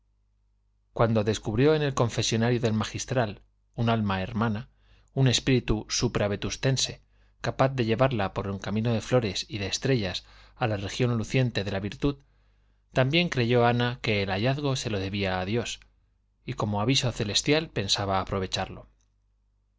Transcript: cuando descubrió en el confesonario del magistral un alma hermana un espíritu supra vetustense capaz de llevarla por un camino de flores y de estrellas a la región luciente de la virtud también creyó ana que el hallazgo se lo debía a dios y como aviso celestial pensaba aprovecharlo